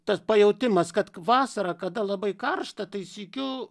tas pajautimas kad vasarą kada labai karšta tai sykiu